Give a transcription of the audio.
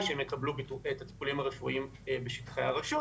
שהם יקבלו את הטיפולים הרפואיים בשטחי הרשות.